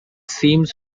seems